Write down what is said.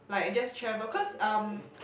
like I just travel cause um